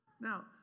Now